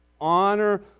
Honor